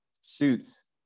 suits